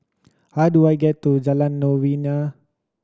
how do I get to Jalan Novena